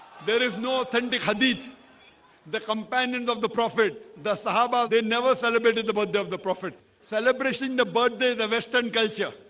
there is no authentic hadith the companions of the prophet the sahaba they never celebrated the birthday but of the prophet celebrating the birthday the western culture.